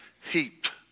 heaped